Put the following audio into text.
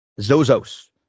Zozos